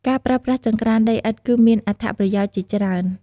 ការប្រើប្រាស់ចង្ក្រានដីឥដ្ឋគឺមានអត្ថប្រយោជន៍ជាច្រើន។